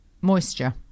moisture